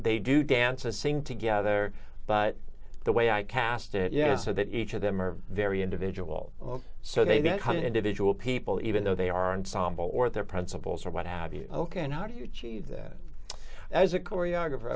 they do dance or sing together but the way i cast it yet so that each of them are very individual so they get one individual people even though they aren't sambal or their principals or what have you ok and how do you cheat that as a choreographer